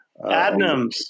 adnams